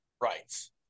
rights